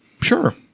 Sure